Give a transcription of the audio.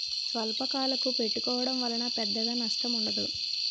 స్వల్పకాలకు పెట్టుకోవడం వలన పెద్దగా నష్టం ఉండదు